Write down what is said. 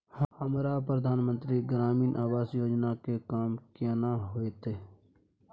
हमरा प्रधानमंत्री ग्रामीण आवास योजना के काम केना होतय?